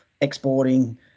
exporting